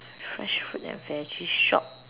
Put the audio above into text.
fresh fruit and veggie shop